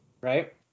Right